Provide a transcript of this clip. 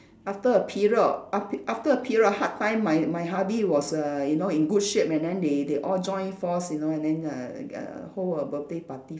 after a period o~ af~ after a period of hard time my my hubby was err you know in good shape and then they they all join force you know and then uh uh hold a birthday party